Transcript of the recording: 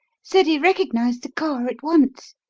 ceddie recognised the car at once.